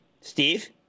Steve